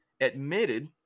admitted